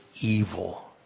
evil